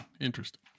Interesting